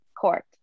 court